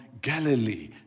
Galilee